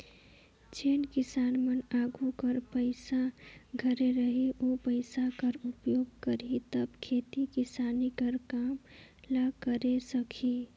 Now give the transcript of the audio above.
जेन किसान मन आघु कर पइसा धरे रही ओ पइसा कर उपयोग करही तब खेती किसानी कर काम ल करे सकही